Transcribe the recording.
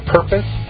Purpose